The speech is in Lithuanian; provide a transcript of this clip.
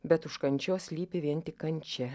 bet už kančios slypi vien tik kančia